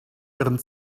ihren